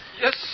Yes